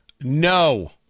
No